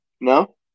no